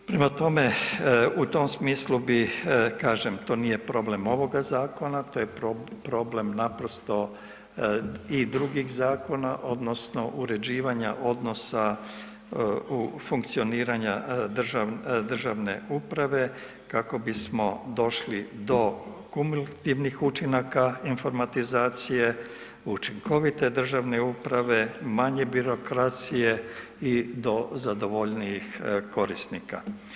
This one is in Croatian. Prema tome, u tom smislu bi, kažem to nije problem ovoga zakona, to je problem naprosto i drugih zakona odnosno uređivanja odnosa u, funkcioniranja državne uprave kako bismo došli do kumulativnih učinaka informatizacije, učinkovite državne uprave, manje birokracije i do zadovoljnijih korisnika.